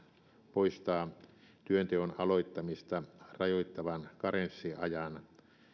poistaa työnteon aloittamista rajoittavan karenssiajan